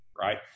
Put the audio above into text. right